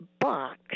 box